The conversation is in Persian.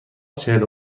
چهل